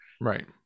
Right